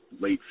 late